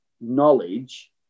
knowledge